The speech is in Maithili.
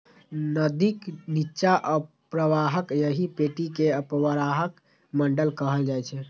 नदीक निच्चा अवप्रवाहक एहि पेटी कें अवप्रवाह मंडल कहल जाइ छै